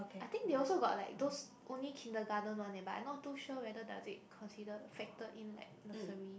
I think they also got like those only kindergarten one eh but I not too sure whether does it consider factor in like nursery